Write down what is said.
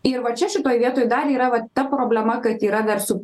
ir va čia šitoj vietoj dar yra vat ta problema kad yra dar su